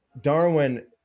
Darwin